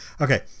Okay